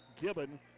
Gibbon